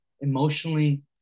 emotionally